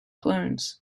clones